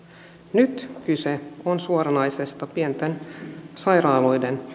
nyt kyse on suoranaisesta pienten sairaaloiden